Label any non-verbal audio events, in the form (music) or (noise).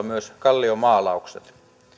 (unintelligible) myös kalliomaalaukset